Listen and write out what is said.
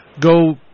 go